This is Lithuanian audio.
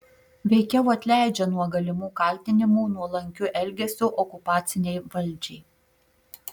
veikiau atleidžia nuo galimų kaltinimų nuolankiu elgesiu okupacinei valdžiai